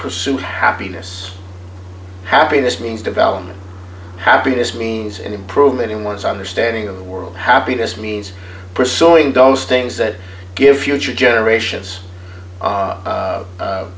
pursuit happiness happiness means development happiness means an improvement in one's understanding of the world happiness means pursuing domes things that give future generations